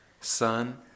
Son